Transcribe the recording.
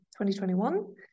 2021